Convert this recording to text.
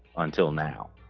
until now